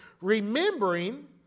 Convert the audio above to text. remembering